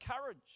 courage